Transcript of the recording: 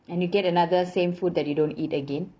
and you get another same food that you don't eat again